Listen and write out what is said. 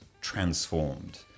transformed